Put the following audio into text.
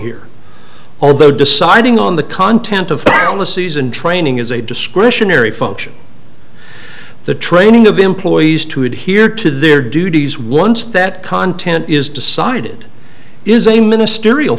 here although deciding on the content of fallacies and training is a discretionary function the training of employees to adhere to their duties once that content is decided is a ministerial